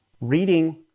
reading